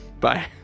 Bye